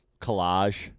collage